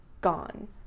gone